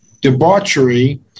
debauchery